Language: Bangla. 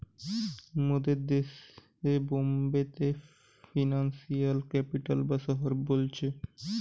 মোদের দেশে বোম্বে কে ফিনান্সিয়াল ক্যাপিটাল বা শহর বলতিছে